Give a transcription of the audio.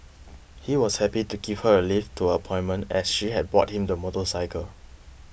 he was happy to give her a lift to her appointment as she had bought him the motorcycle